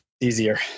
easier